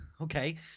Okay